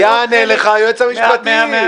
יענה לך היועץ המשפטי.